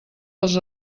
dels